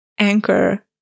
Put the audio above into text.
Anchor